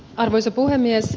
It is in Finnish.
arvoisa puhemies